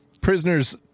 prisoners